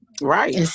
Right